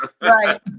right